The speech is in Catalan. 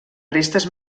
restes